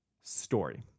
Story